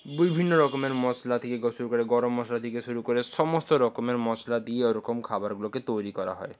বিভিন্ন রকমের মশলা থেকে শুরু করে গরম মশলা থেকে শুরু করে সমস্ত রকমের মশলা দিয়ে ওরকম খাবারগুলোকে তৈরি করা হয়